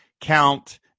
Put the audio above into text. count